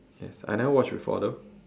yes I never watch before though